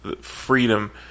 Freedom